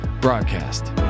broadcast